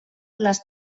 les